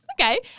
okay